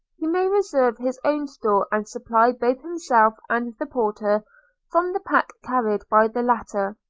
he may reserve his own store and supply both himself and the porter from the pack carried by the latter.